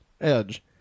Edge